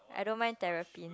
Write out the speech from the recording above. I don't mind therapy